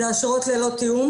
אלה אשרות ללא תיאום,